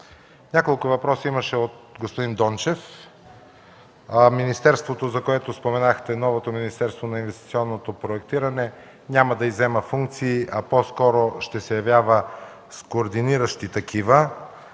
Няколко въпроса имаше от господин Дончев. Министерството, за което споменахте – новото Министерство на инвестиционното проектиране, няма да иззема функции, а по-скоро ще се явява с координиращи такива.